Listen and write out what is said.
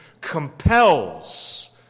compels